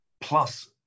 plus